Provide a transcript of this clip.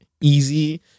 Easy